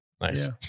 Nice